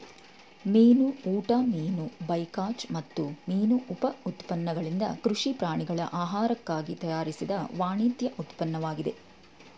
ಮೀನು ಊಟ ಮೀನು ಬೈಕಾಚ್ ಮತ್ತು ಮೀನು ಉಪ ಉತ್ಪನ್ನಗಳಿಂದ ಕೃಷಿ ಪ್ರಾಣಿಗಳ ಆಹಾರಕ್ಕಾಗಿ ತಯಾರಿಸಿದ ವಾಣಿಜ್ಯ ಉತ್ಪನ್ನವಾಗಿದೆ